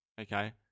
okay